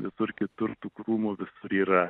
visur kitur tų krūmų visur yra